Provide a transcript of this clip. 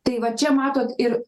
tai va čia matot ir